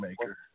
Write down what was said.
maker